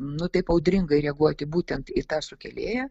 nu taip audringai reaguoti būtent į tą sukėlėją